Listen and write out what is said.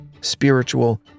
spiritual